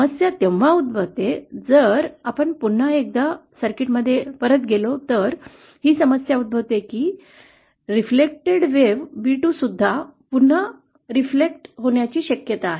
समस्या तेव्हा उद्भवते जर आपण पुन्हा एकदा सर्किटमध्ये परत गेलो तर ही समस्या उद्भवते की प्रतिबिंबित लाट बी २ सुद्धा पुन्हा प्रतिबिंबित होण्याची शक्यता आहे